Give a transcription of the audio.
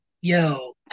yo